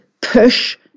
push